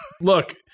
Look